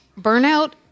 burnout